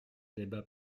débat